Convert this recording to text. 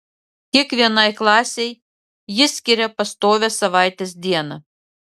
kiekvienai klasei ji skiria pastovią savaitės dieną